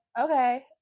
okay